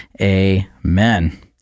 Amen